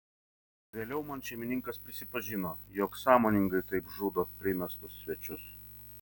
vėliau man šeimininkas prisipažino jog sąmoningai taip žudo primestus svečius